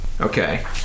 Okay